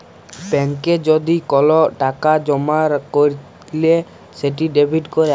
ব্যাংকে যদি কল টাকা জমা ক্যইরলে সেট ডেবিট ক্যরা